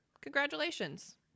congratulations